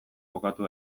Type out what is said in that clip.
kokatu